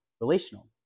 relational